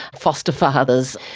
foster fathers.